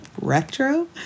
Retro